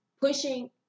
pushing